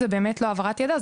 זה באמת לא העברת ידע,